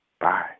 Bye